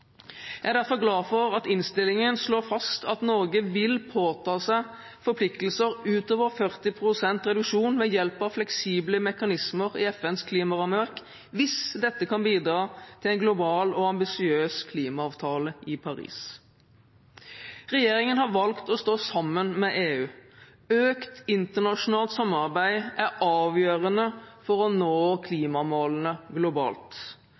Jeg er derfor glad for at innstillingen slår fast at Norge vil påta seg forpliktelser utover 40 pst. reduksjon ved hjelp av fleksible mekanismer i FNs klimarammeverk, hvis dette kan bidra til en global og ambisiøs klimaavtale i Paris. Regjeringen har valgt å stå sammen med EU. Økt internasjonalt samarbeid er avgjørende for å nå klimamålene globalt.